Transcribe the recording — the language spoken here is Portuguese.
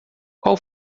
qual